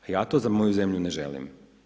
Ja to za moju zemlju ne želim.